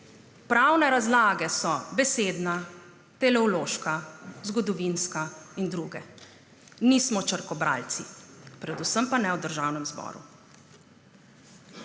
pravne razlage so besedna, teleološka, zgodovinska in druge. Nismo črkobralci, predvsem pa ne v Državnem zboru.